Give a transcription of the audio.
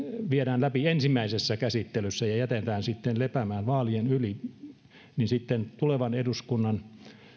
viedään läpi ensimmäisessä käsittelyssä ja jätetään sitten lepäämään vaalien yli niin sitten tulevan eduskunnan